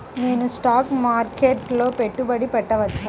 నేను స్టాక్ మార్కెట్లో పెట్టుబడి పెట్టవచ్చా?